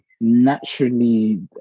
naturally